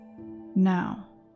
Now